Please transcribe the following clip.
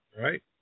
Right